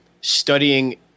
studying